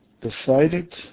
decided